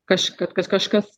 kaž kad kaš kažkas